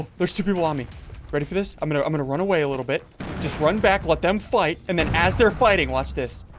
there's two people, ah me ready for this i'm gonna i'm gonna run away a little bit just run back let them fight and then as they're fighting watch this